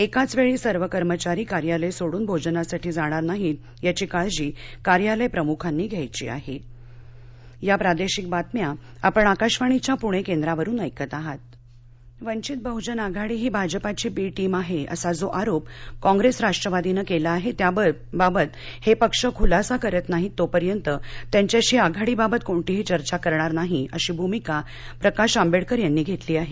एकाच वेळी सर्व कर्मचारी कार्यालय सोडून भोजनासाठी जाणार नाहीत याची काळजी कार्यालय प्रमुखांनी घ्यायची आहे आंबेडकर वंचित बहुजन आघाडी ही भाजपाची बी टीम आहे असा जो आरोप कॉप्रेस राष्ट्रवादीनं केला आहे त्याबाबत हे पक्ष खुलासा करत नाहीत तोपर्यंत त्यांच्याशी आघाडीबाबत कोणतीही चर्चा करणार नाही अशी भूमिका प्रकाश आंबेडकर यांनी घेतली आहे